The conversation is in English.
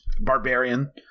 Barbarian